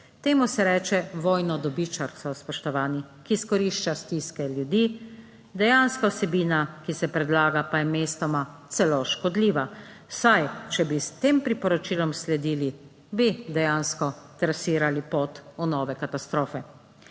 Temu se reče vojno dobičarstvo, spoštovani, ki izkorišča stiske ljudi, dejanska vsebina, ki se predlaga pa je mestoma celo škodljiva, saj če bi s tem priporočilom sledili, bi dejansko trasirali pot v nove katastrofe.